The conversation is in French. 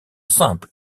simple